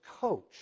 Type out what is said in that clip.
coach